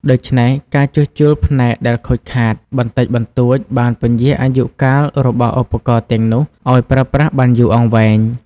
ដូច្នេះ ការជួសជុលផ្នែកដែលខូចខាតបន្តិចបន្តួចបានពន្យារអាយុកាលរបស់ឧបករណ៍ទាំងនោះឲ្យប្រើប្រាស់បានយូរអង្វែង។